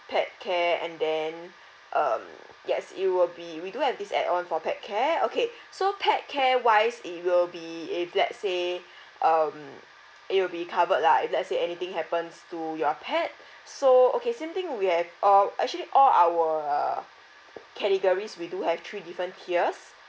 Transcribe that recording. pet care and then um yes it will be we do have this add on for pet care okay so pet care wise it will be if let say um it will be covered lah if let say anything happens to your pet so okay same thing where we have uh actually all our categories we do have three different tiers